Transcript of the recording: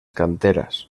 canteras